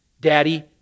Daddy